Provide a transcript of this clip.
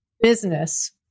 business